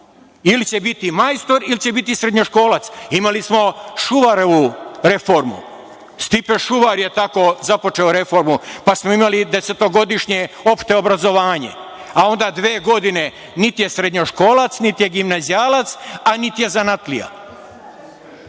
Ili će biti majstor ili će biti srednjoškolac. Imali smo Šuvarevu reformu, Stipe Šuvar je tako započeo reformu, pa smo imali desetogodišnje opšte obrazovanje, a onda dve godine niti je srednjoškolac, niti je gimnazijalac, a niti je zanatlija. Ovde